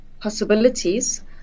possibilities